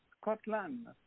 Scotland